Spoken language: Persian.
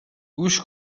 گوش